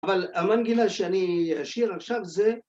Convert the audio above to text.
אבל המנגינה שאני אשיר עכשיו זה